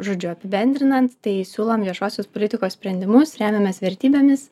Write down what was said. žodžiu apibendrinant tai siūlom viešosios politikos sprendimus remiamės vertybėmis